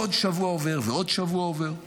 עוד שבוע עובר ועוד שבוע עובר,